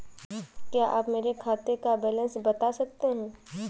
क्या आप मेरे खाते का बैलेंस बता सकते हैं?